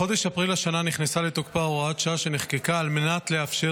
בחודש אפריל השנה נכנסה לתוקפה הוראת שעה שנחקקה על מנת לאפשר